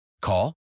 Call